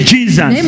Jesus